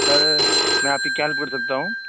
سر میں آپ کی کیا ہیلپ کر سکتا ہوں